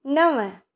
नव